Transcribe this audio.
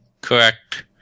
Correct